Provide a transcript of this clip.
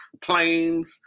Planes